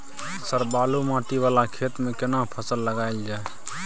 Sir बालू माटी वाला खेत में केना फसल लगायल जाय?